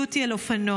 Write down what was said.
העלו אותי על אופנוע,